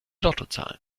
lottozahlen